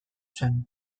zen